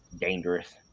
dangerous